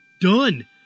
Done